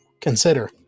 consider